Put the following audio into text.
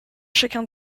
chacun